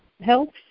helps